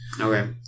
Okay